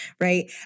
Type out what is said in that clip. right